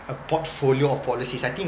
a portfolio of policies I think